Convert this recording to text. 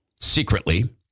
secretly